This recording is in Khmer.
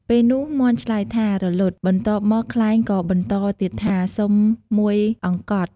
ពេលនោះ មាន់ឆ្លើយថា «រលត់»បន្ទាប់មក ខ្លែងក៏បន្តទៀតថា «សុំមួយអង្កត់»។